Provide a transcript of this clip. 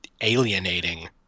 alienating